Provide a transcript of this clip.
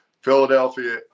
Philadelphia